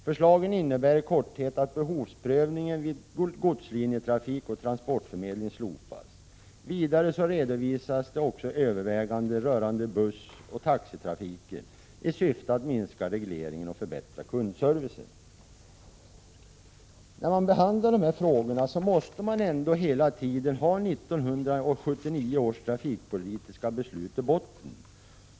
Förslagen innebär i korthet att behovsprövningen vid godslinjetrafik och transportförmedling slopas. Vidare redovisas överväganden rörande bussoch taxitrafiken i syfte att minska regleringen och förbättra kundservicen. När man behandlar de här frågorna måste man ändå hela tiden ha 1979 års trafikpolitiska beslut i botten.